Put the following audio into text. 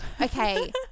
Okay